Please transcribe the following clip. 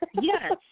Yes